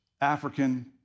African